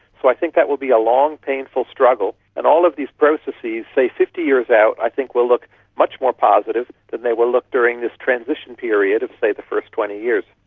so i think that will be a long painful struggle, and all of these processes say fifty years out i think will look much more positive than they will look during this transition period of say the first twenty years.